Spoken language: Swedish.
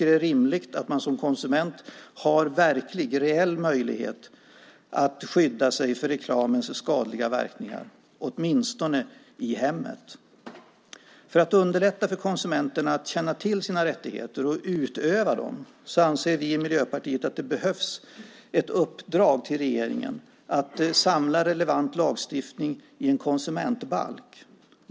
Det är rimligt att man som konsument har verklig, reell, möjlighet att skydda sig från reklamens skadliga verkningar - åtminstone i hemmet. För att underlätta för konsumenterna att känna till sina rättigheter och utöva dem anser vi i Miljöpartiet att det behövs ett uppdrag till regeringen att samla relevant lagstiftning i en konsumentbalk.